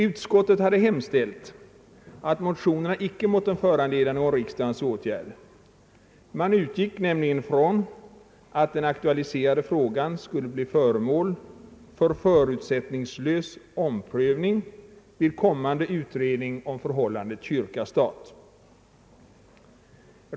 Utskottet hade hemställt att motionerna icke måtte föranleda någon riksdagens åtgärd. Man utgick nämligen från att den aktualiserade frågan skulle bli föremål för förutsättningslös omprövning vid kommande utredning om förhållandet kyrka—stat.